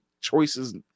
choices